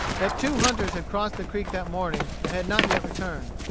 that two hunters had crossed the creek that morning, and had not yet returned.